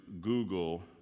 Google